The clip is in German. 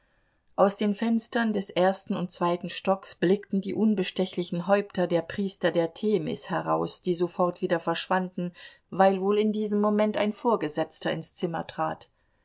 aus den fenstern des ersten und des zweiten stocks blickten die unbestechlichen häupter der priester der themis heraus die sofort wieder verschwanden weil wohl in diesem moment ein vorgesetzter ins zimmer trat